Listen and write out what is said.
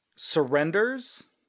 surrenders